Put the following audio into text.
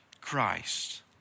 Christ